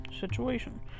situation